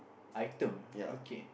item okay